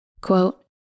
Quote